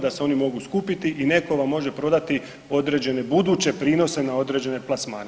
Da se oni mogu skupiti i netko vam može prodati određene buduće prinose na određene plasmane.